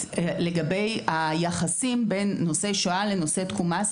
לגבי היחסים בין נושאי שונה לנושאי תקומה.